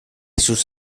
sus